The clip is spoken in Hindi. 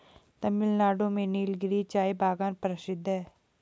तमिलनाडु में नीलगिरी चाय बागान प्रसिद्ध है